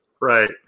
Right